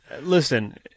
listen